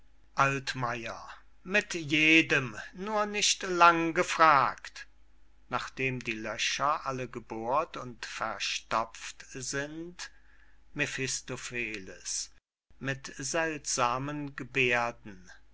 mit jedem nur nicht lang gefragt nachdem die löcher alle gebohrt und verstopft sind mephistopheles mit seltsamen geberden